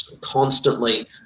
constantly